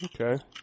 Okay